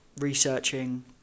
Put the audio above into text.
researching